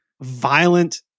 violent